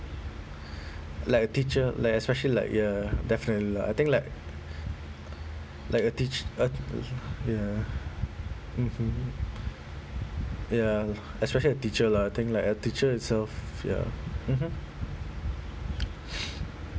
like a teacher like especially like ya definitely lah I think like like a teach~ uh ya mmhmm ya especially the teacher lah I think like a teacher itself ya mmhmm